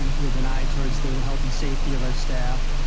and with an eye towards the health and safety of our staff.